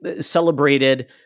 celebrated